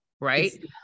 right